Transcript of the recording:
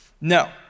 no